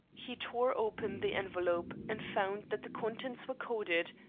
he tore open the envelope, and found that the contents were coded,